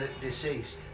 Deceased